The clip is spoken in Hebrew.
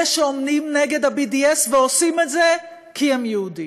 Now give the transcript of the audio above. אלה שעומדים נגד ה-BDS ועושים את זה כי הם יהודים.